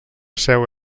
seu